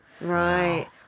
Right